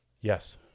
Yes